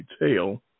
detail